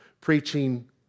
preaching